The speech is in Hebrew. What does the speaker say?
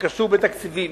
שקשור לתקציבים,